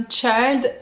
child